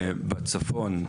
בצפון,